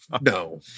no